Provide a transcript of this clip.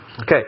Okay